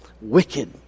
Wicked